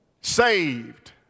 saved